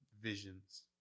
Visions